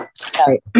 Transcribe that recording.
sorry